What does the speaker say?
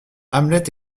hamlet